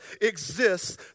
exists